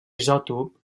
isòtop